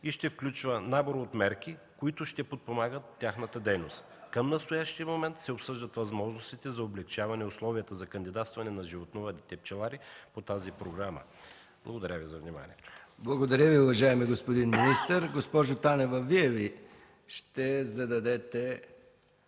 и ще включва набор от мерки, които ще подпомагат тяхната дейност. Към настоящия момент се обсъждат възможностите за облекчаване условията за кандидатстване на животновъдите-пчелари по тази програма. Благодаря Ви за вниманието. ПРЕДСЕДАТЕЛ МИХАИЛ МИКОВ: Благодаря Ви, уважаеми господин министър. Госпожо Танева, Вие ли ще зададете